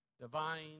Divine